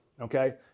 okay